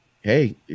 hey